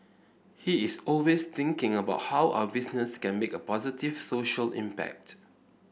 he is always thinking about how our business can make a positive social impact